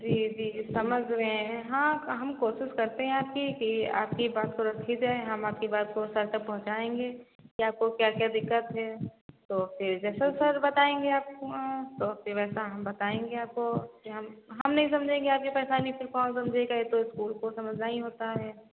जी जी समझ रहे हैं हाँ हम कोशिश करते हैं आपकी कि आपकी बात को रखी जाए हम आपकी बात को सर तक पहुँचाएँगे कि आपको क्या क्या दिक्कत है तो फिर जैसा सर बताएँगे आपको आँ तो फिर वैसा हम बताएँगे आपको फिर हम हम नहीं समझेंगे आपकी परेशानी फिर कौन समझेगा ये तो इस्कूल को समझना ही होता है